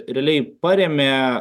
realiai parėmė